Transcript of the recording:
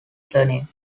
surname